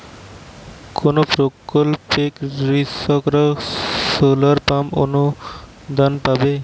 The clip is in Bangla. কোন প্রকল্পে কৃষকরা সোলার পাম্প অনুদান পাবে?